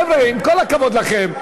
חבר'ה, עם כל הכבוד לכם.